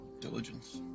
Diligence